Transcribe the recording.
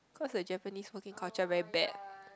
cause the Japanese working culture very bad